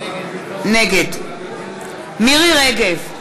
נגד מירי רגב,